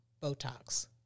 Botox